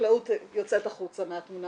החקלאות יוצאת החוצה מהתמונה,